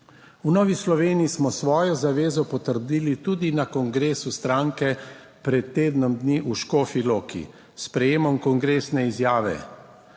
V Novi Sloveniji smo svojo zavezo potrdili tudi na kongresu stranke pred tednom dni v Škofji Loki s sprejemom kongresne izjave.